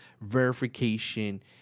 verification